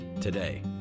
today